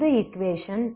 இது ஈக்வேஷன்